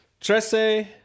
Tresse